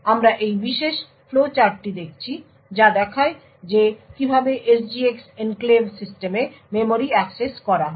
সুতরাং আমরা এই বিশেষ ফ্লো চার্টটি দেখি যা দেখায় যে কীভাবে একটি SGX এনক্লেভ সিস্টেমে মেমরি অ্যাক্সেস করা হয়